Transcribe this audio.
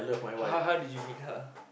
how how how did you meet her